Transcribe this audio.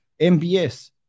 MBS